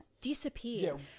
disappeared